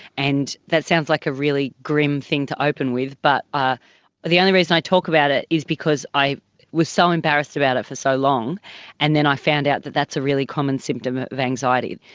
and that sounds like a really grim thing to open with, but ah the only reason i talk about it is because i was so embarrassed about it for so long and then i found out that that's a really common symptom of anxiety.